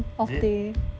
is it